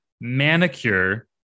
Manicure